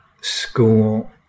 school